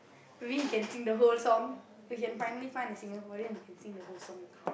maybe he can sing the whole song we can finally find a Singaporean who can sing the whole song